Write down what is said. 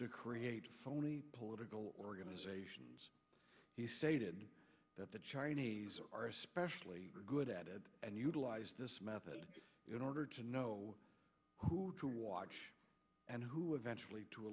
to create only political organizations he stated that the chinese are especially good at it and utilize this method in order to know who to watch and who eventually to